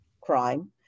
crime